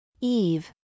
Eve